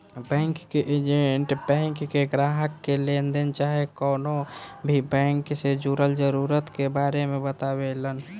bank के agent bank के ग्राहक के लेनदेन चाहे कवनो भी बैंक से जुड़ल जरूरत के बारे मे बतावेलन